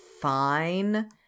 fine